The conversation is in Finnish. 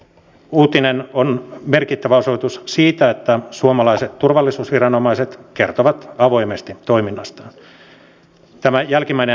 toiseksi uutinen on merkittävä osoitus siitä että suomalaiset turvallisuusviranomaiset kertovat avoimesti toiminnastaan